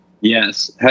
Yes